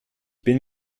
bin